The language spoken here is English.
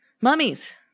Mummies